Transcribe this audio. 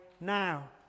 now